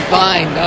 fine